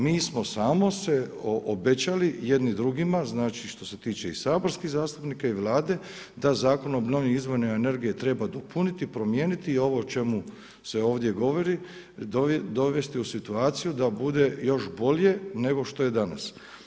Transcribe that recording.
Mi smo samo se obećali jedni drugima, znači što se tiče i saborskih zastupnika i Vlade da Zakon o obnovljivim izvorima energija, treba dopuniti, promijeniti i ovo o čemu se ovdje govori, dovesti u situaciju da bude još bolje nego što je danas.